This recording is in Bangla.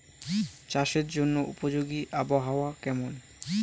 চাষের জন্য উপযোগী আবহাওয়া কেমন?